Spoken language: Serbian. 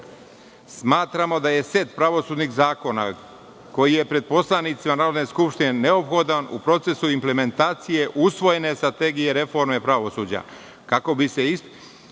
pravde. Smatramo da je set pravosudnih zakona koji je pred poslanicima Narodne skupštine, neophodan u procesu implementacije, usvojene strategije reforme pravosuđa,